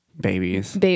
babies